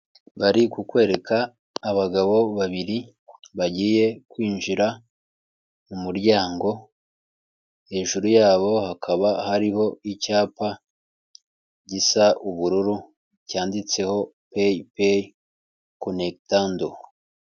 Bari kukwereka abagabo babiri bagiye kwinjira mu muryango, hejuru yabo hakaba hariho icyapa gisa ubururu cyanditseho paypay conectando.